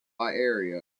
area